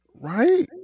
Right